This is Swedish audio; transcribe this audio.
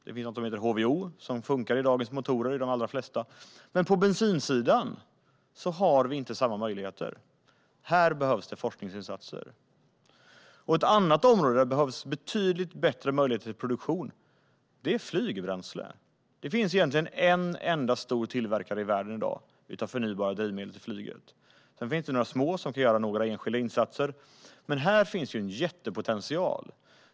Det finns något som heter HVO som funkar i de allra flesta av dagens motorer. Men på bensinsidan har vi inte samma möjligheter. Här behövs det forskningsinsatser. Ett annat område där det behövs betydligt bättre möjligheter till produktion är flygbränsle. I dag finns det en enda stor tillverkare i världen av förnybara drivmedel till flyget. Sedan finns det några små som kan göra enskilda insatser. Här finns ju en jättepotential.